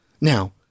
Now